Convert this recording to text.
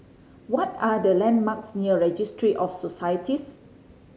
what are the landmarks near Registry of Societies